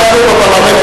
אבל זה לא